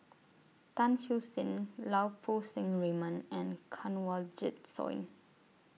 Tan Siew Sin Lau Poo Seng Raymond and Kanwaljit Soin